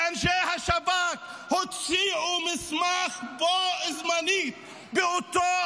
ואנשי השב"כ הוציאו מסמך בו זמנית באותו